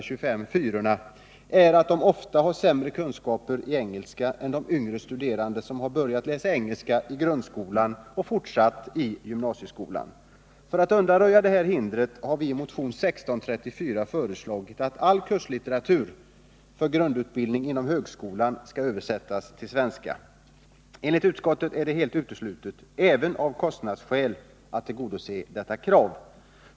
25:4-orna — är att de ofta har sämre kunskaper i engelska än de yngre studerande som har börjat läsa engelska i grundskolan och fortsatt i gymnasieskolan. För att undanröja detta hinder har vi i motionen 1634 föreslagit att all kurslitteratur för grundutbildning inom högskolan skall översättas till svenska. Enligt utskottet är det helt uteslutet — även av kostnadsskäl — att tillgodose detta krav.